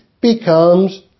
becomes